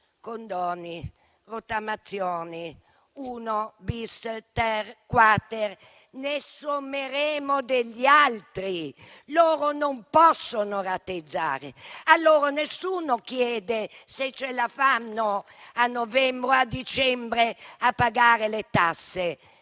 condoni e rottamazioni (uno, *bis,* *ter,* *quater*) ne sommeremo degli altri; loro non possono rateizzare; a loro nessuno chiede se ce la fanno a novembre o a dicembre a pagare le tasse.